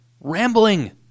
Rambling